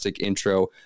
intro